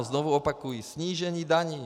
Znovu opakuji: snížení daní!